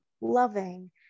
loving